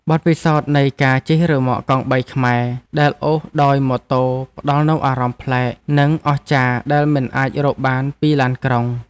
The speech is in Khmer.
បទពិសោធន៍នៃការជិះរ៉ឺម៉កកង់បីខ្មែរដែលអូសដោយម៉ូតូផ្តល់នូវអារម្មណ៍ប្លែកនិងអស្ចារ្យដែលមិនអាចរកបានពីឡានក្រុង។